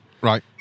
Right